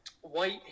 white